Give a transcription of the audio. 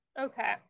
Okay